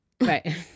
Right